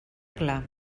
clar